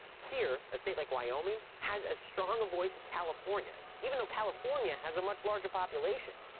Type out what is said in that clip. here, a state like wyoming has as strong a voice as california, even though california has a much larger population.